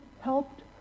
helped